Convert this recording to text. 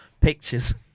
pictures